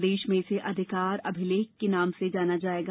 प्रदेश में इसे अधिकार अभिलेख के नाम से जाना जाएगा